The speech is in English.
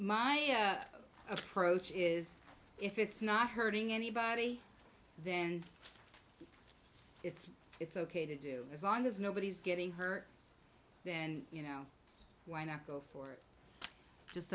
my approach is if it's not hurting anybody then it's it's ok to do as long as nobody's getting hurt then you know why not go for it just